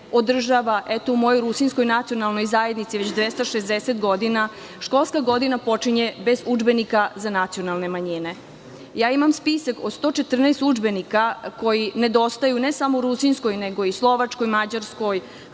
održava.U mojoj Rusinskoj nacionalnoj zajednici već 260 godina, školska godina počinje bez udžbenika za nacionalne manjine. Imam spisak od 114 udžbenika koji nedostaju ne samo u rusinskoj, nego i slovačkoj, mađarskoj,